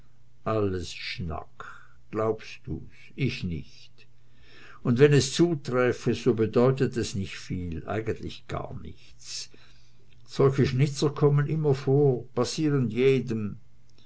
alles schnack glaubst du's ich nicht und wenn es zuträfe so bedeutet es nicht viel eigentlich gar nichts solche schnitzer kommen immer vor passieren jedem